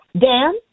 Dan